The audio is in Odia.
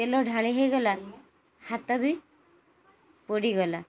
ତେଲ ଢାଳି ହେଇଗଲା ହାତ ବି ପୋଡ଼ିଗଲା